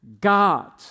God